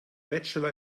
bachelor